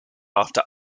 after